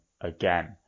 again